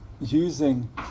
using